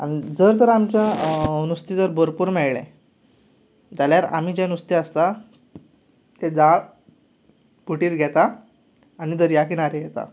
आनी जर तर आमकां नुस्तें जर बरपूर मेळ्ळें जाल्यार आमीं जें नुस्तें आसता ती जाळ बोटीर घेता आनी दर्या किनारेर येता